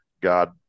god